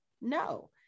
no